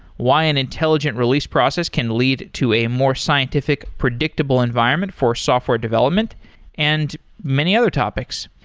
why an intelligent release process can lead to a more scientific predictable environment for software development and many other topics.